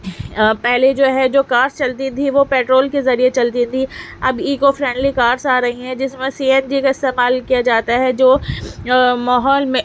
پہلے جو ہے جو کارس چلتی تھیں وہ پٹرول کے ذریعے چلتی تھیں اب ایکو فرینڈلی کارس آ رہی ہیں جس میں سی این جی کا استعمال کیا جاتا ہے جو ماحول میں